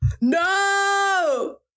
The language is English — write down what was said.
No